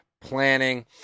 planning